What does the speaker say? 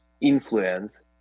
influence